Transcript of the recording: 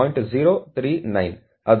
11 0